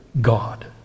God